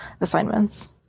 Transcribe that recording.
assignments